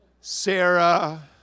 Sarah